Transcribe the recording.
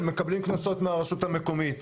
מקבלים קנסות מהרשות המקומית.